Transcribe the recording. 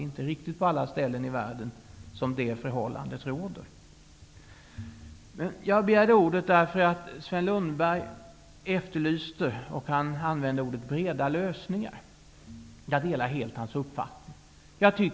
Det är inte på alla ställen i världen som det förhållandet råder. Jag begärde ordet därför att Sven Lundberg efterlyste -- han använde det ordet -- breda lösningar. Jag delar helt hans uppfattning.